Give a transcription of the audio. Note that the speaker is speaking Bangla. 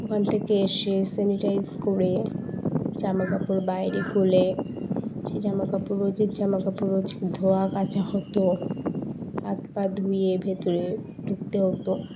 ওখান থেকে এসে স্যানিটাইজ করে জামাকাপড় বাইরে খুলে সেই জামাকাপড় রোজের জামাকাপড় রোজ ধোয়া কাচা হতো হাত পা ধুয়ে ভেতরে ঢুকতে হতো